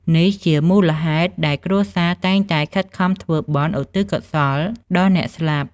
នេះជាមូលហេតុដែលគ្រួសារតែងតែខិតខំធ្វើបុណ្យឧទ្ទិសកុសលដល់អ្នកស្លាប់។